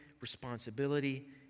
responsibility